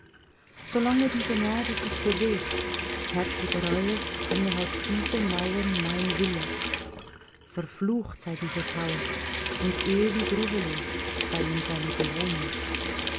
solange diese nadel sich bewegt herrscht über alles innerhalb dieser mauern mein wille verflucht sei dieses haus und ewig ruhelos seien seine bewohner